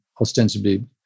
ostensibly